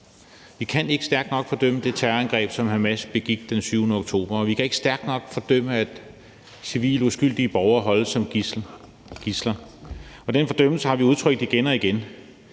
Vi kan ikke stærkt nok fordømme det terrorangreb, som Hamas begik den 7. oktober, og vi kan ikke stærkt nok fordømme, at uskyldige civile borgere holdes som gidsler. Den fordømmelse har vi udtrykt igen og igen,